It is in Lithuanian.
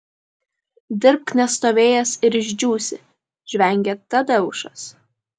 dirbk nestovėjęs ir išdžiūsi žvengia tadeušas